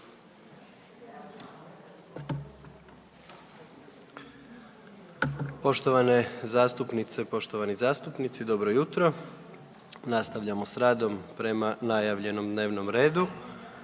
Poštovane zastupnice i poštovani zastupnici dobro jutro. Nastavljamo s radom prema najavljenom dnevnom redu.